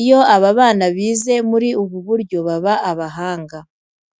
Iyo aba bana bize muri ubu buryo baba abahanga.